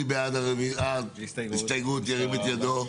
מי בעד הסתייגות מספר 4, שירים את ידו.